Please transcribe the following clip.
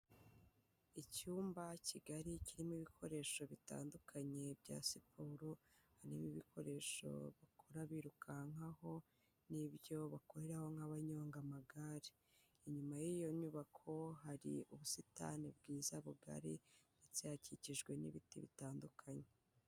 Icyumba kigali kirimo ibikoresho bitandukanye bya siporo, haririmo ibikoresho bakora birukankaho, n'ibyo bakoreraraho nk'abanyonga amagare, inyuma y'iyo nyubako hari ubusitani bwiza bugari ndetse hakikijwe n'ibiti bitandukanye.